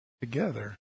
together